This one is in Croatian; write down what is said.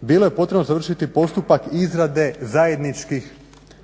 bilo je potrebno završiti postupak izrade zajedničkih